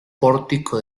pórtico